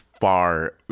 far